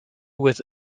with